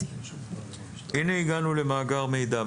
הנה הגענו למאגר מידע.